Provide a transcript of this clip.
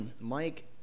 Mike